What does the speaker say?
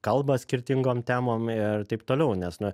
kalba skirtingom temom ir taip toliau nes na